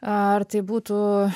ar tai būtų